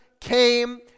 came